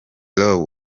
law